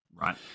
right